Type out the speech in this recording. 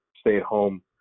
stay-at-home